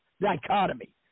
dichotomy